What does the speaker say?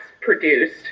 produced